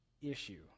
issue